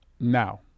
Now